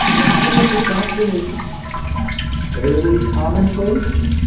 i feel like adoption is fairly commonplace.